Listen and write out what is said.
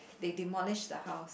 they demolished the house